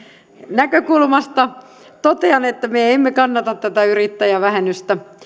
näkökulmasta totean että me emme kannata tätä yrittäjävähennystä